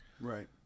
Right